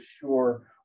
sure